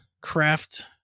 craft